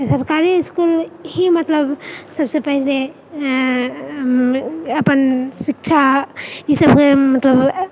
सरकारी इस्कूल ही मतलब सबसँ पहिले अऽऽ ऽ ऽ अपन शिक्षा ई सब मतलब